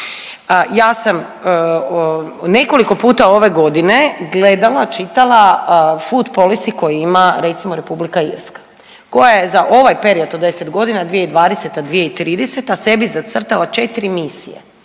Ja sam nekoliko puta ove godine gledala, čitala food policy koji ima recimo Republika Irska koja je za ovaj period od 10 godina 2020. – 2030. sebi zacrtala 4 misije,